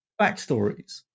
backstories